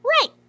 Right